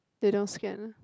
they don't scan